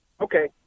Okay